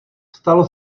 stalo